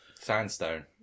Sandstone